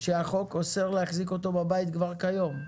שהחוק אוסר להחזיק אותו בבית כבר כיום.